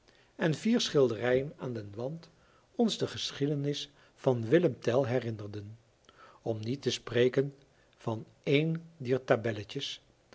en vier schilderijen aan den wand ons de geschiedenis van willem tell herinnerden om niet te spreken van een dier tabelletjes